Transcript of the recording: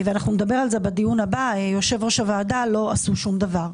ונדבר על זה בדיון הבא יושב-ראש הוועדה - לא עשו שום דבר.